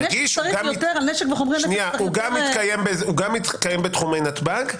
גם מתקיים בתחומי נתב"ג.